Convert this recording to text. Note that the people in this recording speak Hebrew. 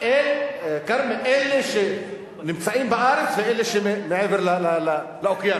אלה שנמצאים בארץ ואלה שמעבר לאוקיינוס,